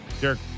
Derek